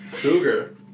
Cougar